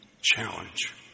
challenge